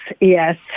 yes